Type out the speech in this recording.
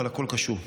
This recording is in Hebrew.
אבל הכול קשור.